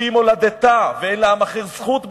שהיא מולדתה ואין לעם אחר זכות בה,